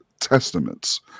testaments